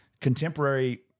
contemporary